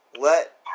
Let